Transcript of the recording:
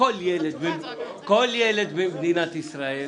כל ילד במערכת החינוך במדינת ישראל